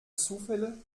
zufälle